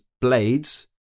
blades